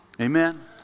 Amen